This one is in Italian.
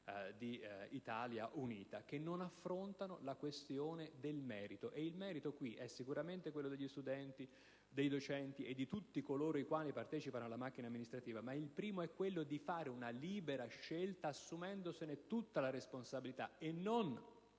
di Italia unita, in cui non si è affrontata la questione del merito. E il merito, in questo caso, è sicuramente quello degli studenti, dei docenti e di tutti coloro i quali partecipano alla macchina amministrativa. Il primo merito, però, è quello di fare una libera scelta assumendosene tutta la responsabilità, senza